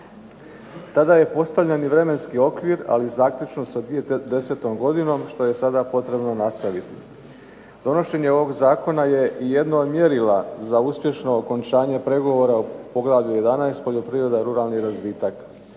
Tada je postavljen i vremenski okvir, ali zaključno sa 2010. godinom što je sada potrebno nastaviti. Donošenje ovog zakona je jedno od mjerila za uspješno okončanje pregovora o Poglavlju 11.- Poljoprivreda i ruralni razvitak.